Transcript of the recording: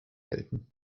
gelten